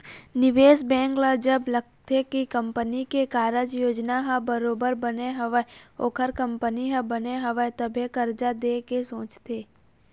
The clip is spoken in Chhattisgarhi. निवेश बेंक ल जब लगथे के कंपनी के कारज योजना ह बरोबर बने हवय ओखर कंपनी ह बने हवय तभे करजा देय के सोचथे